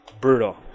Brutal